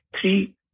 three